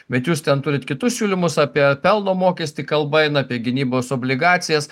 bet jūs ten turit kitus siūlymus apie pelno mokestį kalba eina apie gynybos obligacijas